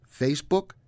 Facebook